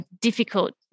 difficult